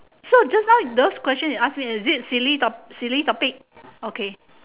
so just know those question you ask me is it silly silly topic